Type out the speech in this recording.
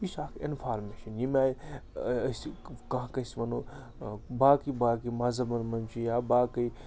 یہِ چھِ اَکھ اِنفارمیشَن ییٚمہِ آے أسۍ کانٛہہ کٲنٛسہِ وَنو باقٕے باقٕے مذہَبَن منٛز چھِ یا باقٕے